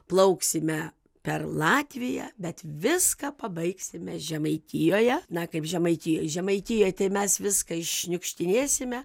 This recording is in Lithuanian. plauksime per latviją bet viską pabaigsime žemaitijoje na kaip žemaitijoj žemaitijoj tai mes viską iššniukštinėsime